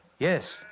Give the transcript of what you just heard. Yes